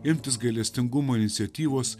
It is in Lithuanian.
imtis gailestingumo iniciatyvos